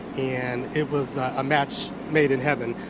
and it was a match made in heaven.